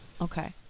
okay